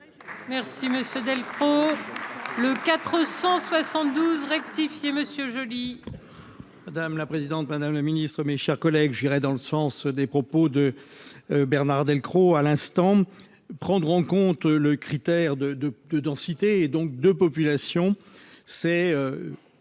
Merci Monsieur Delcourt le 472 rectifié monsieur jeudi. Madame la présidente, madame le Ministre, mes chers collègues, j'dirais dans le sens des propos de Bernard Delcros, à l'instant, prendre en compte le critère de de de densité, et donc de population c'est